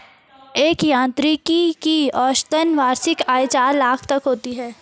एक यांत्रिकी की औसतन वार्षिक आय चार लाख तक की होती है